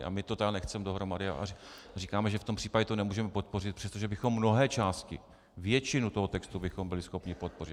A my to tedy nechceme dohromady a říkáme, že v tom případě to nemůžeme podpořit, přestože bychom mnohé části, většinu toho textu bychom byli schopni podpořit.